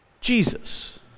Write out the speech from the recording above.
Jesus